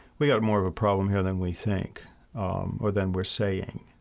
we've got more of a problem here than we think um or than we're saying.